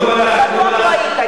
בטוח לא היית,